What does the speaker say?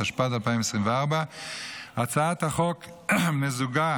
התשפ"ד 2024. הצעת החוק מוזגה